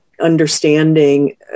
understanding